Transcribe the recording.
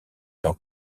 dans